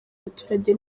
abaturage